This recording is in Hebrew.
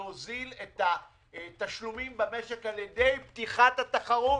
להוזיל את התשלומים במשק על ידי פתיחת התחרות.